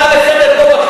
הייתה הצעה לסדר-היום פה,